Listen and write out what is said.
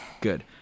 Good